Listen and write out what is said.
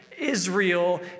Israel